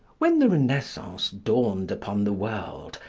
when the renaissance dawned upon the world,